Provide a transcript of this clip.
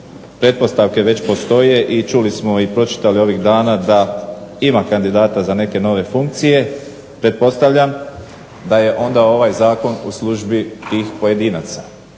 pretpostavke već postoje i čuli smo i pročitali ovih dana da ima kandidata za neke nove funkcije. Pretpostavljam da je onda ovaj Zakon u službi tih pojedinaca.